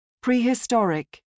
prehistoric